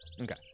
Okay